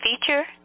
feature